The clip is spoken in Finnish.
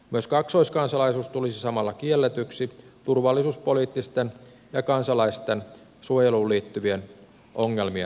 myös kaksoiskansalaisuus tulisi samalla kielletyksi turvallisuuspoliittisten ja kansalaisten suojeluun liittyvien ongelmien vuoksi